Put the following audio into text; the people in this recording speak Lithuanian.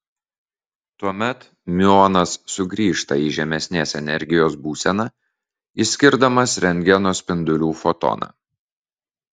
tuomet miuonas sugrįžta į žemesnės energijos būseną išskirdamas rentgeno spindulių fotoną